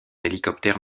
hélicoptère